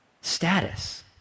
Status